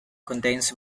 contains